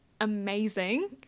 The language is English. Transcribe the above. amazing